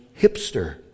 hipster